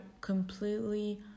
completely